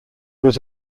was